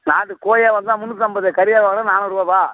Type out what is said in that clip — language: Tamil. நாட்டு கோழியா வாங்குன்னா முந்நூற்றி ஐம்பது கறியா வாங்குன்னா நானூருபாப்பா